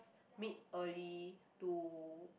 meet early to